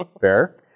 Fair